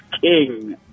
king